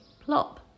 plop